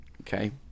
okay